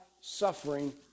suffering